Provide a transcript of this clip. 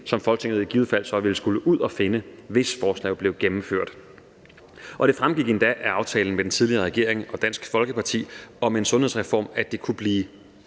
som Folketinget i givet fald så vil skulle ud at finde, hvis forslaget blev gennemført, og det fremgik endda af aftalen med den tidligere regering og Dansk Folkeparti om en sundhedsreform, at det kunne blive